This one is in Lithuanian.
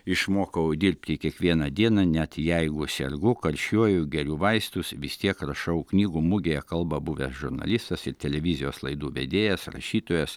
išmokau dirbti kiekvieną dieną net jeigu sergu karščiuoju geriu vaistus vis tiek rašau knygų mugėje kalba buvęs žurnalistas ir televizijos laidų vedėjas rašytojas